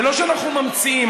זה לא שאנחנו ממציאים.